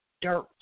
dirt